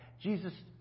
Jesus